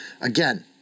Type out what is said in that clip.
Again